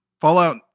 Fallout